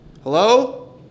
Hello